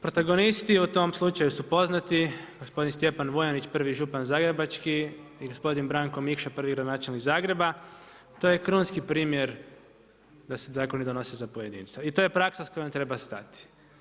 Protagonisti u tom slučaju su poznati, gospodin Stjepan Vujanić prvi župan zagrebački i gospodin Branko Mikša prvi gradonačelnik Zagreba, to je krunski primjer da se tako ne donosi za pojedinca i to je praksa s kojom treba stati.